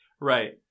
Right